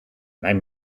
mijn